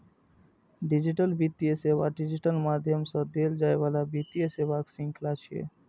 digital वित्तीय सेवा digital माध्यम सं देल जाइ बला वित्तीय सेवाक शृंखला छियै